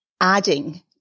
adding